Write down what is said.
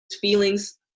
feelings